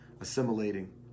assimilating